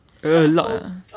a lot ah